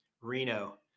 Reno